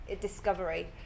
discovery